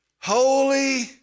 holy